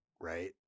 right